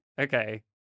okay